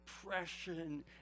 depression